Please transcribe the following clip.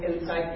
inside